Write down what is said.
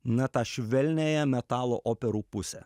na tą švelniąją metalo operų pusę